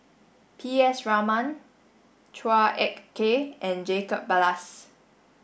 P S Raman Chua Ek Kay and Jacob Ballas